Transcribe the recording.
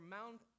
Mount